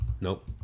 Nope